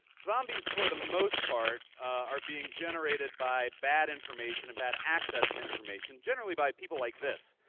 zombies, for the most part, are being generated by bad information and bad access to information, generally by people like this.